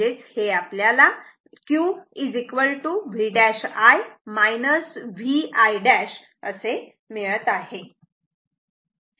म्हणजेच हे आपल्याला Q v' i v i' असे मिळत आहे